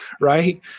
Right